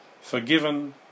forgiven